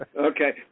Okay